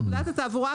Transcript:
בפקודת התעבורה,